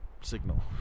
signal